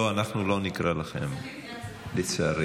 לא, אנחנו לא נקרא לכם, לצערי.